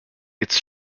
its